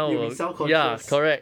you'll be self concious